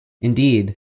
Indeed